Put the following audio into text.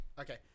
Okay